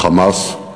ה"חמאס",